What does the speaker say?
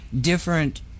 different